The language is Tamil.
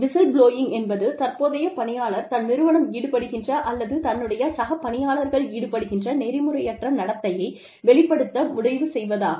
விசில் புளோயிங் என்பது தற்போதைய பணியாளர் தன் நிறுவனம் ஈடுபடுகின்ற அல்லது தன்னுடைய சக பணியாளர்கள் ஈடுபடுகின்ற நெறிமுறையற்ற நடத்தையை வெளிப்படுத்த முடிவு செய்வதாகும்